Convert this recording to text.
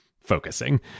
focusing